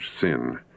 sin